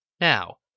Now